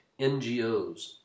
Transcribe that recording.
NGOs